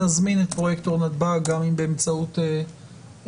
נזמין את פרויקטור נתב"ג שיוכל מי להשתתף גם באמצעות ה-זום.